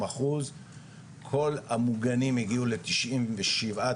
אחוז כל המוגנים הגיעו לתשעים ושבעה,